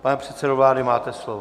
Pane předsedo vlády, máte slovo.